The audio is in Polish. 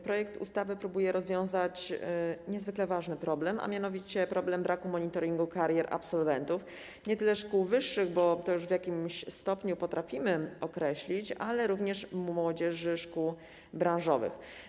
Projektowana ustawa jest próbą rozwiązania niezwykle ważnego problemu, a mianowicie problemu braku monitoringu karier absolwentów nie tyle szkół wyższych, bo to już w jakimś stopniu potrafimy określić, ile młodzieży szkół branżowych.